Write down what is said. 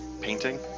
painting